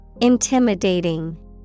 Intimidating